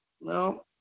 No